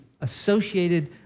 associated